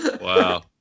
Wow